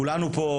כולנו פה,